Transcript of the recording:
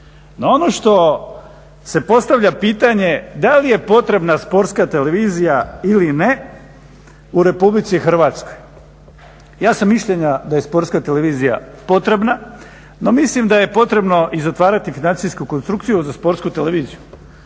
ono što se postavlja pitanje da li je potrebna sportska televizija ili ne u RH? Ja sam mišljenja da je sportska televizija potrebna no mislim da je potrebno i zatvarati financijsku konstrukciju za sportsku televiziju.